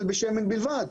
אבל בשמן בלבד,